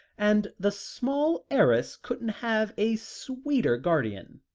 and the small heiress couldn't have a sweeter guardian.